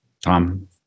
Tom